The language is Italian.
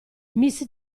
miss